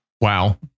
Wow